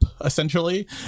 essentially